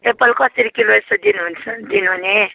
Apple कसरी kilo यसो दिनुहुन्छ दिनुहुने